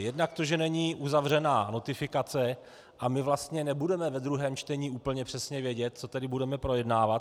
Jednak to, že není uzavřena notifikace a my vlastně nebudeme ve druhém čtení úplně přesně vědět, co tedy budeme projednávat.